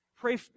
Pray